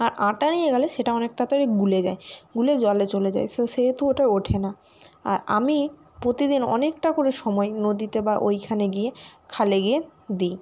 আর আটা নিয়ে গেলে সেটা অনেক তাড়াতাড়ি গুলে যায় গুলে জলে চলে যায় সে সেহেতু ওটা ওঠে না আর আমি প্রতিদিন অনেকটা করে সময় নদীতে বা ওইখানে গিয়ে খালে গিয়ে দিই